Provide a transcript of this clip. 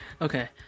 Okay